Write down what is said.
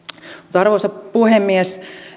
arvoisa puhemies